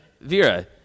Vera